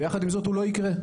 ויחד עם זאת, הוא לא יקרה.